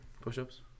push-ups